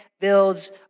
builds